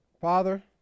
Father